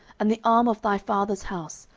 and the arm of thy father's house,